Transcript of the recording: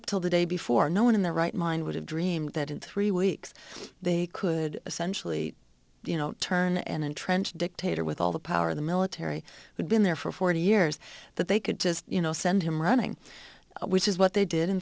up till the day before no one in their right mind would have dreamed that in three weeks they could essentially you know turn an entrenched dictator with all the power of the military who'd been there for forty years that they could just you know send him running which is what they did in